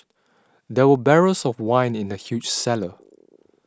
there were barrels of wine in the huge cellar